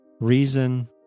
reason